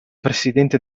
presidente